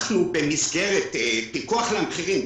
אנחנו במסגרת פיקוח על המחירים,